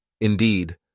Indeed